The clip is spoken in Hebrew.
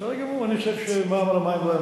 אני אגיש את החוק מחדש, ועדת השרים תתמוך בי.